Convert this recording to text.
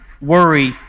worry